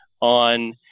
on